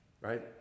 right